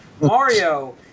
Mario